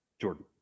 Jordan